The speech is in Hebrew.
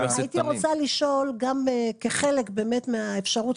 הייתי רוצה לשאול גם כחלק מהאפשרות.